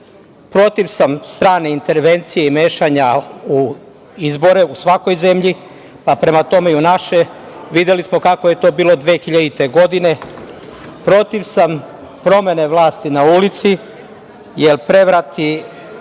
Protiv sam stranih intervencija i mešanja u izbore u svakoj zemlji, pa prema tome i u naše. Videli smo kako je to bilo 2000. godine. Protiv sam promene vlasti na ulici, jer prevrati